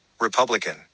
Republican